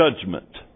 judgment